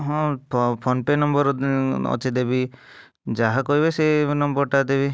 ହଁ PhonePe number ଅଛି ଦେବି ଯାହାକହିବେ ସେ ନମ୍ବର ଟା ଦେବି